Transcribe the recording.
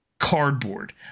Cardboard